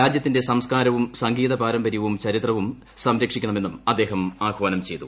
രാജ്യത്തിന്റെ സംസ്ക്കാരവു് ് സംഗീതപാരമ്പര്യവും ചരിത്രവും സംരക്ഷിക്കണമെന്നും അദ്ദേഹൃ ആഹ്വാനം ചെയ്തു